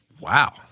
Wow